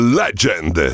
legend